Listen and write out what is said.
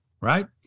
right